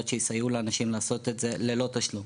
שיסייעו לאנשים לעשות את זה ללא תשלום.